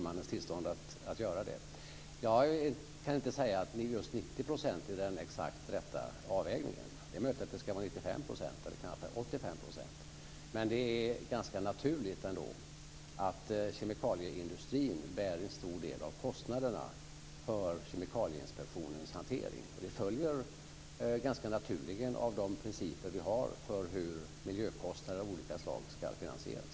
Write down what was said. Fru talman! Jag kan inte säga att just 90 % är den exakt riktiga avvägningen. Det är möjligt att det ska vara 95 %, eller kanske 85 %. Men det är ändå ganska naturligt att kemikalieindustrin bär en stor del av kostnaderna för Kemikalieinspektionens hantering. Det följer ganska naturligt av de principer vi har för hur miljökostnader av olika slag ska finansieras.